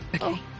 Okay